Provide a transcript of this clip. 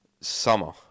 summer